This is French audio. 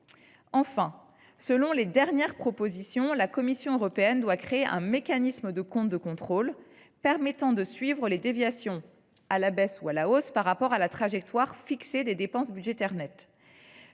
Enfin, selon les dernières propositions, la Commission européenne doit créer un mécanisme de compte de contrôle permettant de suivre les déviations à la baisse ou à la hausse par rapport à la trajectoire fixée des dépenses budgétaires nettes.